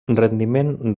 rendiment